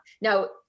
Now